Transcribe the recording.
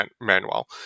Manuel